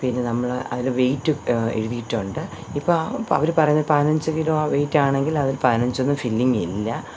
പിന്നെ നമ്മൾ അതിൽ വെയിറ്റ് എഴുതിയിട്ടുണ്ട് ഇപ്പോൾ പ അവർ പറയുന്നത് പതിനഞ്ച് കിലോ വെയിറ്റ് ആണെങ്കിൽ അത് പതിനഞ്ചൊന്നും ഫില്ലിങ്ങ് ഇല്ല